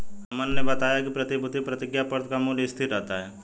अमन ने बताया कि प्रतिभूति प्रतिज्ञापत्र का मूल्य स्थिर रहता है